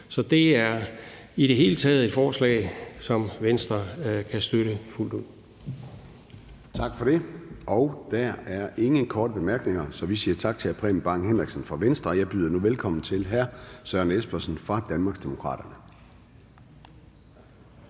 Så det er i det hele taget et forslag, som Venstre kan støtte fuldt ud. Kl. 13:13 Formanden (Søren Gade): Der er ingen korte bemærkninger, så vi siger tak til hr. Preben Bang Henriksen fra Venstre. Jeg byder nu velkommen til hr. Søren Espersen fra Danmarksdemokraterne.